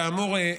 כאמור,